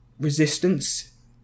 resistance